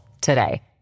today